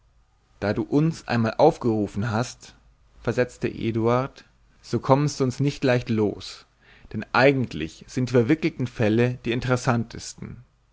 da du uns einmal aufgerufen hast versetzte eduard so kommst du so leicht nicht los denn eigentlich sind die verwickelten fälle die interessantesten